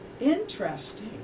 Interesting